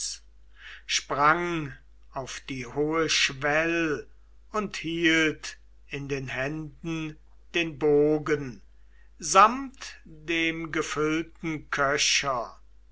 sprang auf die hohe schwell und hielt in den händen den bogen samt dem gefüllten köcher